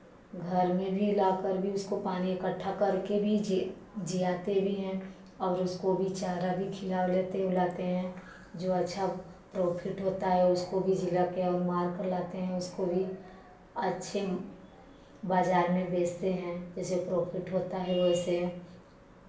घर में भी ला कर भी उसको पानी इकट्ठा करके भी जे जियाते भी हैं और उसको भी चारा भी खिला उलेते उलाते हैं जो अच्छा प्रोफिट होता है उसको भी जिलाकर और मारकर लाते हैं उसको भी अच्छे बाज़ार में बेचते हैं जैसे प्रोफिट होता है वैसे